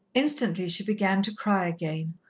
instantly she began to cry again,